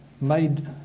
made